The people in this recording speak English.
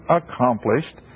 accomplished